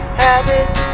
habit